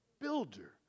builder